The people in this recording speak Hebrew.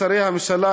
שרי הממשלה,